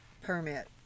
permit